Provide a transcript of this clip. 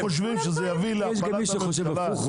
אתם חושבים שזה יביא להפלת הממשלה.